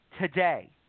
today